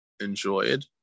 enjoyed